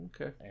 okay